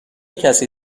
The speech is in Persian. کسی